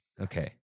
Okay